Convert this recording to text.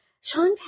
Sean